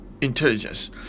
intelligence